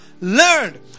learned